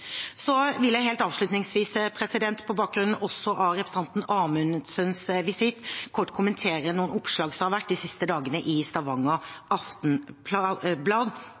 Avslutningsvis vil jeg, også på bakgrunn av representanten Amundsens visitt, kort kommentere noen oppslag som har vært i Stavanger Aftenblad de siste dagene